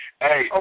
Hey